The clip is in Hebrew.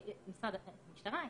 המשטרה,